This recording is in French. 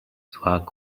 soit